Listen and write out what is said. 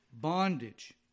bondage